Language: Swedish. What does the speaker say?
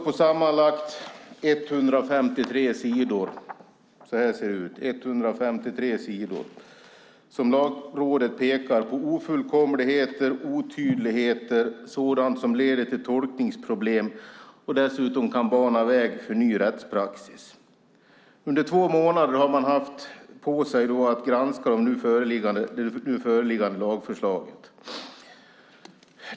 På sammanlagt 153 sidor pekar Lagrådet på ofullkomligheter, otydligheter och sådant som leder till tolkningsproblem och som dessutom kan bana väg för ny rättspraxis. Lagrådet har haft två månader på sig att granska det nu föreliggande lagförslaget.